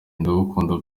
ndagukunda